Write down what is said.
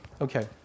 Okay